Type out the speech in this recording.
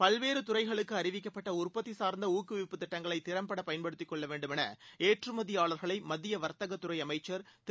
பல்வேறு துறைகளுக்கு அறிவிக்கப்பட்ட உற்பத்தி சார்ந்த ஊக்குவிப்புத் திட்டங்களை திறம்பட பயன்படுத்திக் கொள்ள வேண்டும் என்று ஏற்றுமதியாளர்களை மத்திய வர்த்தக அமைச்சர் திரு